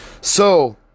So